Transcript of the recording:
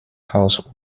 house